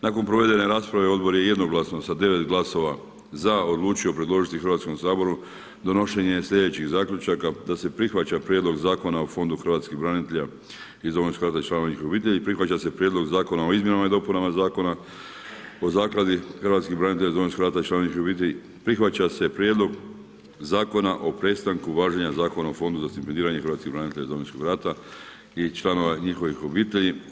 Nakon provedene rasprave, odbor je jednoglasno sa 9 glasova za, odlučio predložiti Hrvatskom saboru, donošenje sljedećih zaključaka, da se prijedlog Zakona o fondu hrvatskih branitelja iz Domovinskog rata i članova njihovih obitelji, prihvaća se prijedlog zakona o izmjenama i dopunama zakona o zakladama hrvatskih branitelja iz Domovinskog rata i članova njihovih obitelji, prihvaća se prijedlog Zakona o prestanku važenja Zakona o fondu za stipendiranje hrvatskih branitelja iz Domovinskog rata i članova njihovih obitelji.